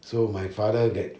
so my father get